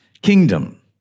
kingdom